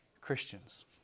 Christians